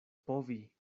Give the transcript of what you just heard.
povi